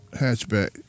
hatchback